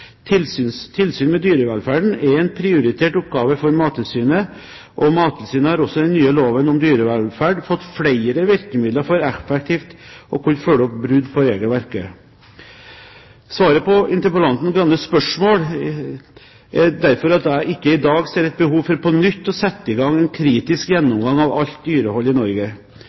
myndighetsansvaret. Tilsyn med dyrevelferden er en prioritert oppgave for Mattilsynet, og Mattilsynet har også i den nye loven om dyrevelferd fått flere virkemidler for effektivt å kunne følge opp brudd på regelverket. Svaret på interpellanten Skei Grandes spørsmål er derfor at jeg ikke i dag ser et behov for på nytt å sette i gang en kritisk gjennomgang av alt dyrehold i Norge.